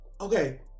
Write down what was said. okay